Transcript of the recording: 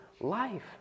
life